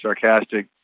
sarcastic